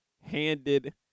handed –